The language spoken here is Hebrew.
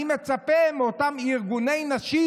אני מצפה מאותם ארגוני נשים,